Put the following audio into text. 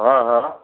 हा हा